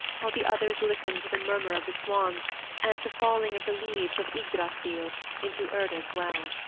while the others listened to the murmur of the swans and the falling of the leaves of ygdrassil into urda's well.